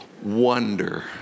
wonder